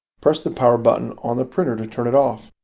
press the power button on the printer to turn it off.